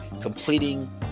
completing